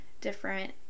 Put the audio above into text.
different